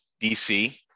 DC